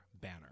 banner